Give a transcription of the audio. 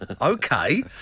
Okay